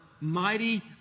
Mighty